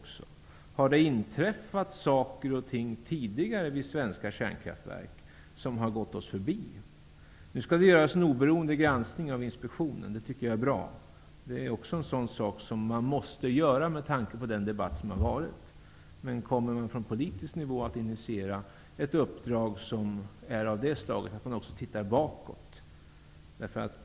Har det inträffat saker och ting tidigare vid svenska kärnkraftverk som har gått oss förbi? Nu skall det göras en oberoende granskning av Inspektionen, och det tycker jag är bra. Det är också en sådan sak som måste göras med tanke på debatten. Men kommer det från politisk nivå att initieras ett uppdrag som är av det slaget att man också tittar bakåt?